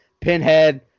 Pinhead